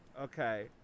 Okay